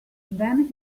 then